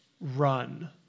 run